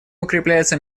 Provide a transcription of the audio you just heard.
укрепляется